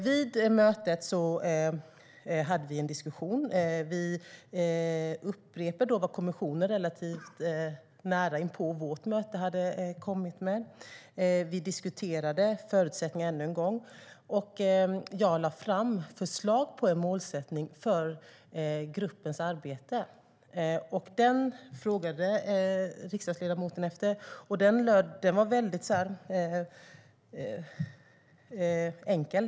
Vid mötet hade vi en diskussion. Vi upprepade då vad kommissionen relativt nära inpå vårt möte hade kommit med. Vi diskuterade förutsättningarna ännu en gång, och jag lade fram förslag på en målsättning för gruppens arbete. Denna frågade riksdagsledamoten efter. Den var väldigt enkel.